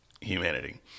humanity